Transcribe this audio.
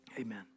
Amen